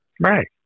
Right